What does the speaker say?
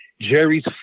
jerry's